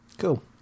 Cool